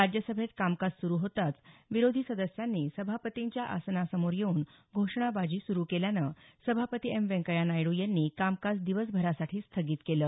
राज्यसभेत कामकाज सुरू होताच विरोधी सदस्यांनी सभापतींच्या आसनासमोर येऊन घोषणाबाजी सुरू केल्यानं सभापती एम व्यंकय्या नायड्र यांनी कामकाज दिवसभरासाठी स्थगित केलं